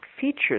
features